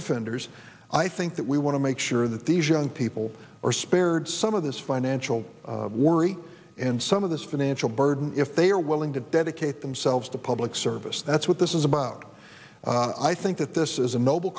defenders i think that we want to make sure that these young people are spared some of this financial worry and some of this financial burden if they are willing to dedicate themselves to public service that's what this it's about i think that this is a noble